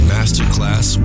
Masterclass